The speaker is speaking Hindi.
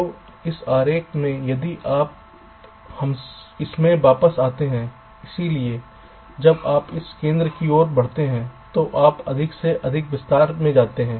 तो इस आरेख में यदि आप इसमें वापस आते हैं इसलिए जब आप इस केंद्र की ओर बढ़ते हैं तो आप अधिक से अधिक विस्तार में जाते हैं